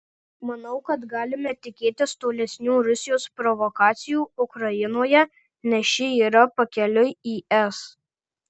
manau kad galime tikėtis tolesnių rusijos provokacijų ukrainoje nes ši yra pakeliui į es